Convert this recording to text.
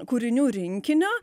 kūrinių rinkinio